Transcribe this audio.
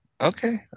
Okay